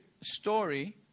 story